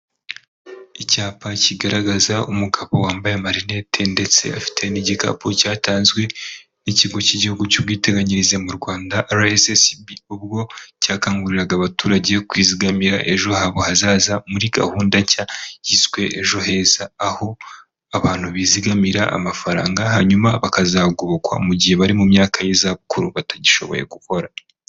Icyapa kigaragaza umugabo wambaye amarinete ndetse afite n'igikapu cyatanzwe n'ikigo cy'igihugu cy'ubwiteganyirize mu Rwanda RSSB, ubwo cyakanguriraga abaturage kwizigamira ejo habo hazaza muri gahunda nshya yiswe ejo heza, aho abantu bizigamira amafaranga, hanyuma bakazagobokwa mu gihe bari mu myaka y'izabukuru batagishoboye gukora.